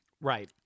right